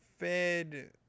Fed